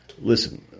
listen